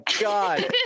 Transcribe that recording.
god